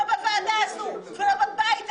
לא בוועדה הזו ולא בבית הזה.